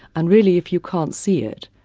and really if you can't see it,